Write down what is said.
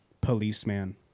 policeman